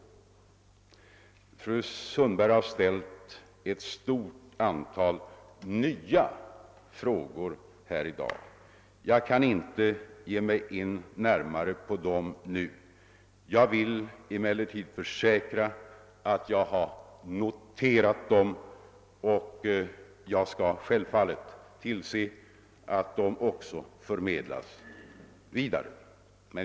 Fru Sundberg har ställt ett stort antal nya frågor här i dag. Jag kan inte ge mig närmare in på dem nu, men jag vill försäkra att jag har noterat dem. Självfallet skall jag också tillse att de förmedlas vidare.